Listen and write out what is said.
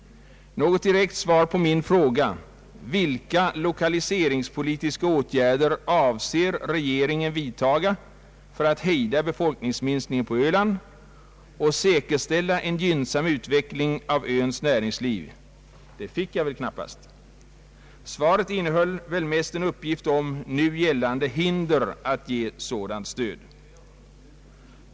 Något direkt svar på min fråga om vilka lokaliseringspolitiska åtgärder regeringen avser att vidta för att hejda befolkningsminskningen på Öland och säkerställa en gynnsam utveckling av öns näringsliv fick jag väl knappast. Svaret innehöll väl mest uppgifter om nu gällande hinder för att ge sådant stöd.